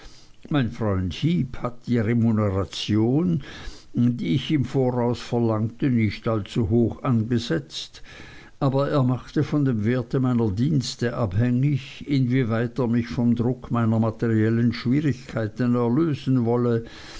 mein freund heep hat die remuneration die ich im voraus verlangte nicht allzu hoch angesetzt aber er machte von dem werte meiner dienste abhängig inwieweit er mich vom druck meiner materiellen schwierigkeiten erlösen wolle